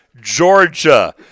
Georgia